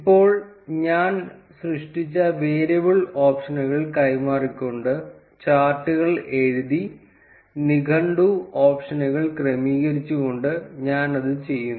ഇപ്പോൾ ഞാൻ സൃഷ്ടിച്ച വേരിയബിൾ ഓപ്ഷനുകൾ കൈമാറിക്കൊണ്ട് ചാർട്ടുകൾ എഴുതി നിഘണ്ടു ഓപ്ഷനുകൾ ക്രമീകരിച്ചുകൊണ്ട് ഞാൻ അത് ചെയ്യുന്നു